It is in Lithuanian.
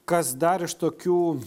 kas dar iš tokių